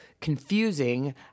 confusing